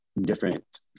different